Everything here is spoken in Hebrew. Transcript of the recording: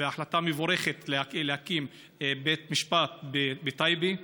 החלטה מבורכת, להקים בית משפט בטייבה,